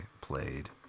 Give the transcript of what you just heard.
played